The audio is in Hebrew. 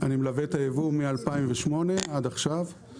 אני מלווה את הייבוא מ- 2008 עד עכשיו,